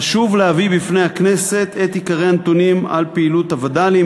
חשוב להביא בפני הכנסת את עיקרי הנתונים על פעילות הווד"לים,